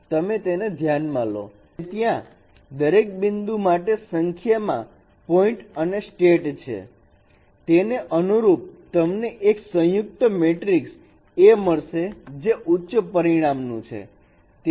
અને તમે ધ્યાનમાં લો કે ત્યાં દરેક બિંદુ માટે સંખ્યામાં પોઇન્ટ અને સ્ટેટ છે તેને અનુરૂપ તમને એક સંયુક્ત મેટ્રિક એ મળશે જે ઉચ્ચ પરિણામ નું છે